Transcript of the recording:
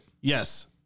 Yes